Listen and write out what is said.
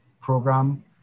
program